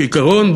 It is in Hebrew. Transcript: כעיקרון,